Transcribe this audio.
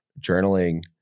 journaling